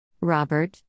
Robert